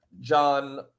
John